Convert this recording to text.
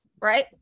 right